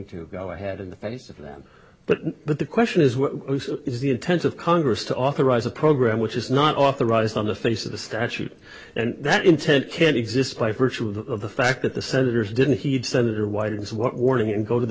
to go ahead in the face of that but but the question is what is the intent of congress to authorize a program which is not authorized on the face of the statute and that intent can exist by virtue of the fact that the senators didn't heed senator wyden what warning and go to the